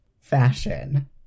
fashion